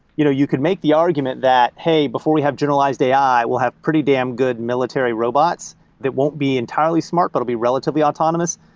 you know you could make the argument that, hey, before we have generalized a i, we'll have pretty damn good military robots that won't be entirely smart, but it will be relatively autonomous.